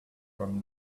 from